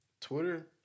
Twitter